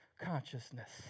consciousness